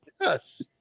Yes